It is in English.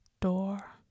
door